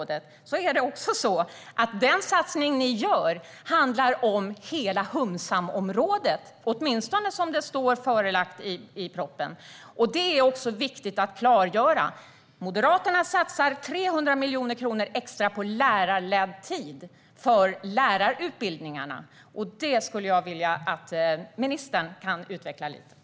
Det är också så att den satsning ni gör, statsrådet, handlar om hela humsamområdet - åtminstone som det står i propositionen. Det är viktigt att klargöra. Moderaterna satsar 300 miljoner kronor extra på lärarledd tid för lärarutbildningarna. Detta skulle jag vilja att ministern utvecklade lite.